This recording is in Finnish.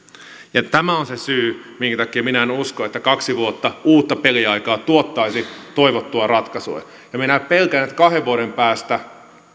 tämä on se syy minkä takia minä en usko että kaksi vuotta uutta peliaikaa tuottaisi toivottua ratkaisua ja minä pelkään että kahden vuoden päästä